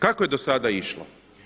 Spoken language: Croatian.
Kako je do sada išlo?